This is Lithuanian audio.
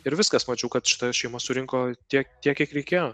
ir viskas mačiau kad šita šeima surinko tiek tiek kiek reikėjo